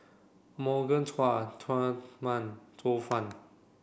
Morgan Chua Tsang Man